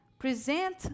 Present